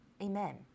Amen